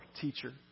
teacher